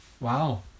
Wow